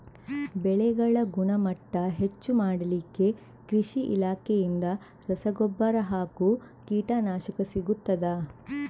ಬೆಳೆಗಳ ಗುಣಮಟ್ಟ ಹೆಚ್ಚು ಮಾಡಲಿಕ್ಕೆ ಕೃಷಿ ಇಲಾಖೆಯಿಂದ ರಸಗೊಬ್ಬರ ಹಾಗೂ ಕೀಟನಾಶಕ ಸಿಗುತ್ತದಾ?